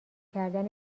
کردن